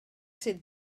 sydd